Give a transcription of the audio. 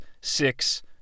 six